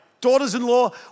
daughters-in-law